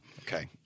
Okay